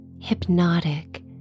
hypnotic